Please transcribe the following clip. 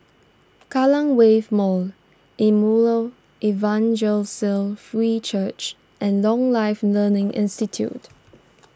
Kallang Wave Mall Emmanuel Evangelical Free Church and Lifelong Learning Institute